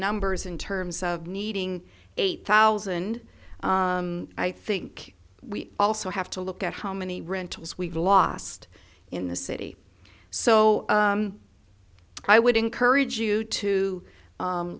numbers in terms of needing eight thousand i think we also have to look at how many rentals we've lost in the city so i would encourage